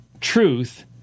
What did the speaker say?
truth